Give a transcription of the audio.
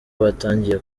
batangiye